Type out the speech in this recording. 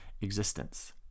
existence